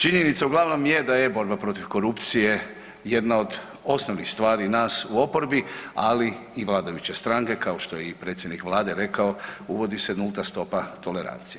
Činjenica uglavnom je da je borba protiv korupcije jedna od osnovnih stvari nas u oporbi, ali i vladajuće stranke kao što je i predsjednik vlade rekao uvodi se nulta stopa tolerancije.